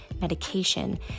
medication